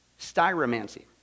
styromancy